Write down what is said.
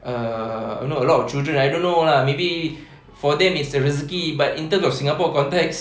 err you know a lot of children I don't know lah maybe for them it's a rezeki but in terms of singapore context